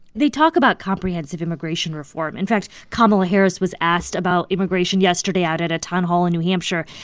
they talk about comprehensive immigration reform. in fact, kamala harris was asked about immigration yesterday at at a town hall in new hampshire.